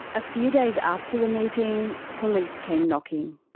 a few days after the meeting, police came knocking.